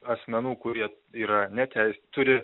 asmenų kurie yra netei turi